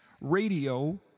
Radio